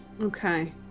Okay